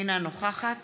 אינה נוכחת